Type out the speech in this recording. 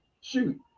Shoot